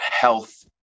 health